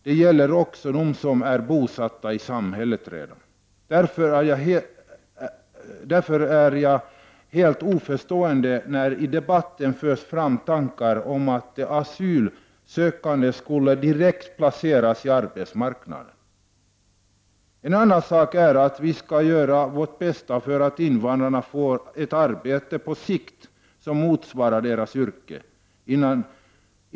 Det gäller också dem som redan är bosatta i samhället. Därför ställer jag mig helt oförstående till de tankar som förs fram i debatten om att de asylsökande direkt skulle placeras på arbetsmarknaden. En annan sak är att vi skall göra vårt bästa för att invandrarna på sikt skall få ett arbete som motsvarar deras yrkesutbildning.